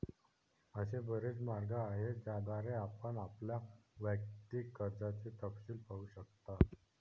असे बरेच मार्ग आहेत ज्याद्वारे आपण आपल्या वैयक्तिक कर्जाचे तपशील पाहू शकता